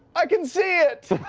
i can see it!